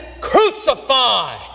crucify